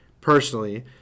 personally